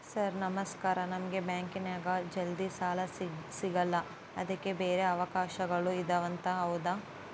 Sir ನಮಸ್ಕಾರ ನಮಗೆ ಬ್ಯಾಂಕಿನ್ಯಾಗ ಜಲ್ದಿ ಸಾಲ ಸಿಗಲ್ಲ ಅದಕ್ಕ ಬ್ಯಾರೆ ಅವಕಾಶಗಳು ಇದವಂತ ಹೌದಾ?